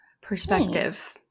perspective